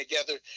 together